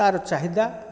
ତାର ଚାହିଦା